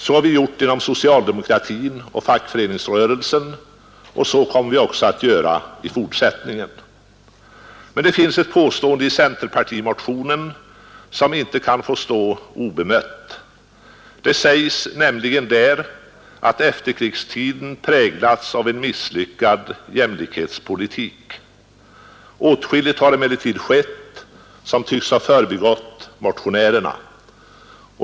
Så har vi gjort inom socialdemokratin och fackföreningsrörelsen, och så kommer vi också att göra i fortsättningen. Det finns dock ett påstående i centerpartimotionen, som inte kan få stå obemött. Det sägs nämligen där att efterkrigstiden har präglats av en misslyckad jämlikhetspolitik. Åtskilligt har emellertid skett, som tycks ha förbigått motionärerna.